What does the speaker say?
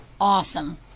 awesome